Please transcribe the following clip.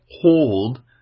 hold